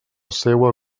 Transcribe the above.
seua